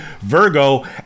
Virgo